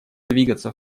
двигаться